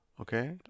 okay